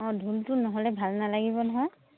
অঁ ঢোলটো নহ'লে ভাল নালাগিব নহয়